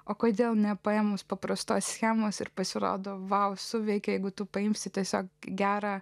o kodėl nepaėmus paprastos schemos ir pasirodo wow suveikė jeigu tu paimsi tiesiog gerą